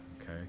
okay